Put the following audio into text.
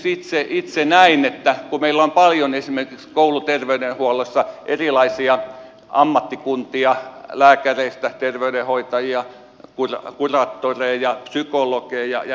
näkisin itse näin että kun meillä on paljon esimerkiksi kouluterveydenhuollossa erilaisia ammattikuntia lääkäreitä terveydenhoitajia kuraattoreja psykologeja ja niin edelleen